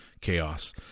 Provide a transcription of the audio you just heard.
chaos